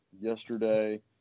yesterday